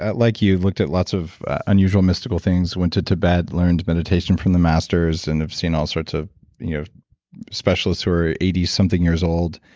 like you, looked at lots of unusual mystical things. went to tibet, learned meditation from the masters and have seen all sorts of you know specials who are eighty something years old.